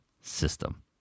system